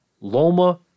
Loma